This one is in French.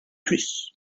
plus